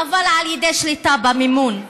אבל על ידי שליטה במימון.